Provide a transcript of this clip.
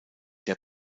der